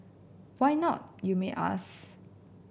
why not you might ask